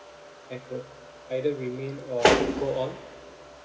I could either remain or go on